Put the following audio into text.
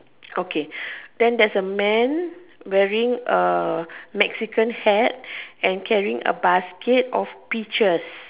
okay then theres a man wearing a Mexican hat and carrying a basket of peaches